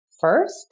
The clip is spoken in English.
first